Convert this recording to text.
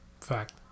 Fact